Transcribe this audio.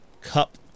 cup